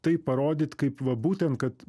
tai parodyt kaip va būtent kad